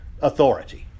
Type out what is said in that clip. authority